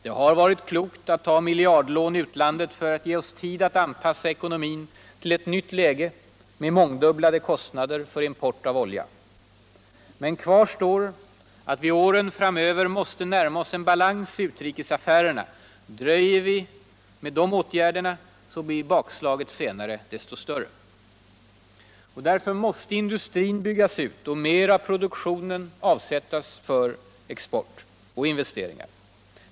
Det har varit klokt att ta miljardlån i utlandet för att ge oss tid att anpassa ekonomin ull ett nytt lige med mångdubblade kostnader för import av olja. Men kvar står att vi åren framöver måste närma oss balans i utrikesaffärerna. Dröjer vi med de åtvärderna blir bakslaget senare desto större. Industrin måste byggas ut och mer av produktionen avsättas för export.